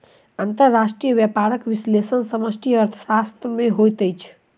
अंतर्राष्ट्रीय व्यापारक विश्लेषण समष्टि अर्थशास्त्र में होइत अछि